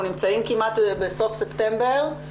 אנחנו נמצאים כמעט בסוף ספטמבר,